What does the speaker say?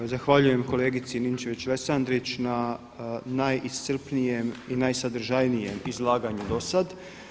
Evo zahvaljujem kolegici Ninčević-Lesandrić na najiscrpnijem i najsadržajnijem izlaganju do sad.